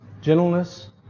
gentleness